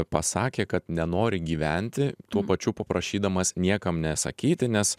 pasakė kad nenori gyventi tuo pačiu paprašydamas niekam nesakyti nes